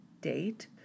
date